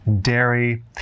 dairy